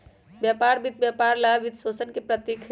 व्यापार वित्त व्यापार ला वित्तपोषण के प्रतीक हई,